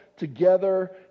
together